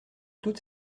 toutes